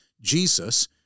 Jesus